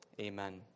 amen